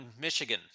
Michigan